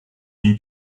une